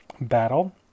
battle